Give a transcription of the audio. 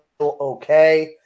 okay